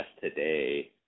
today